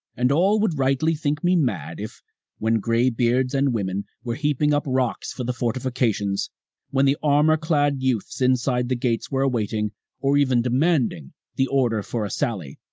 and all would rightly think me mad, if when gray beards and women were heaping up rocks for the fortifications when the armored clad youths inside the gates were awaiting or even demanding the order for a sally.